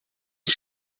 die